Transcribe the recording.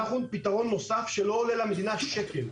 אנחנו פתרון נוסף שלא עולה למדינה שקל.